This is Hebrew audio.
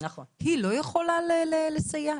היא לא יכולה לסייע,